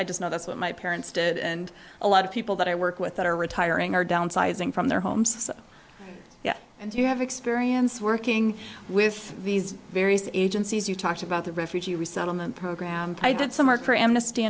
i just know that's what my parents did and a lot of people that i work with that are retiring are downsizing from their homes and you have experience working with these various agencies you talked about the refugee resettlement program i did some work for amnesty